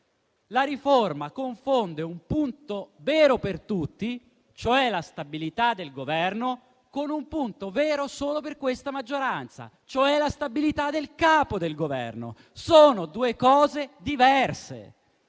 la riforma confonde un punto vero per tutti, cioè la stabilità del Governo, con un punto vero solo per questa maggioranza, cioè la stabilità del Capo del Governo. Sono due cose diverse